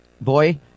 boy